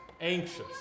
anxious